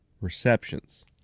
Receptions